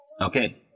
okay